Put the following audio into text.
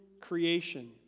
creation